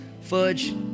fudge